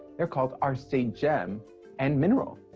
they're called our state gem and mineral.